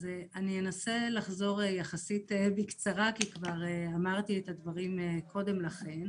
אני אנסה לחזור יחסית בקצרה כי כבר אמרתי את הדברים קודם לכן.